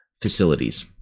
facilities